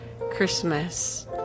Christmas